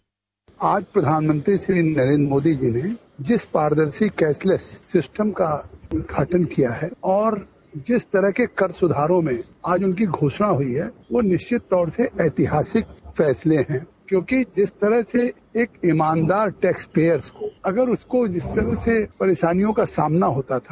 bite आज प्रधानमंत्री श्री नरेन्द्र मोदी जी ने जिस पारदर्शी फेशलेस सिस्टम का उद्घाटन किया है और जिस तरह के कर सुधारों में आगे की घोषणा हुई वो निश्चित तौर से ऐतिहासिक फैसले हैं क्योंकि जिस तरह से एक ईमानदार टैक्सपेयर को अगर इस तरह से परेशानियों का सामना होता था